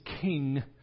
King